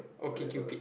okay cupid